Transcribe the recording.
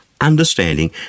understanding